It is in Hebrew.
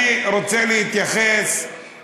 אני רוצה להתייחס לצד הזה.